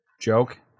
joke